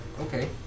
Okay